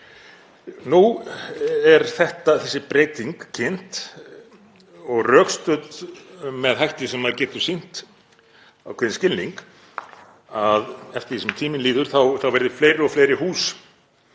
Nú er þessi breyting kynnt og rökstudd með hætti sem maður getur sýnt ákveðinn skilning, að eftir því sem tíminn líður þá verði fleiri og fleiri hús